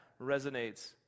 resonates